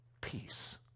peace